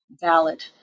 valid